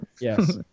yes